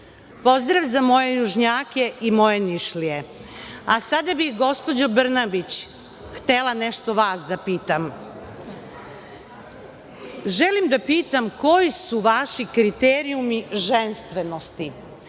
proći. Pozdrav za moje južnjake i moje Nišlije. Sada bih, gospođo Brnabić, htela nešto vas da pitam. Želim da pitam koji su vaši kriterijumi ženstvenost